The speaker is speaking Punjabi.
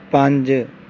ਪੰਜ